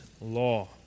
law